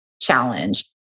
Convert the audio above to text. challenge